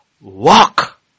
walk